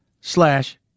slash